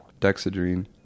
dexedrine